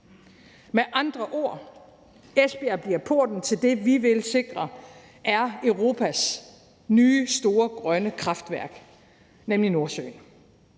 Med andre ord: Esbjerg bliver porten til det, vi vil sikre bliver Europas nye, store grønne kraftværk, nemlig Nordsøen.